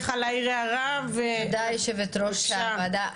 יושבת-ראש הוועדה,